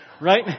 right